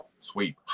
sweep